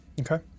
Okay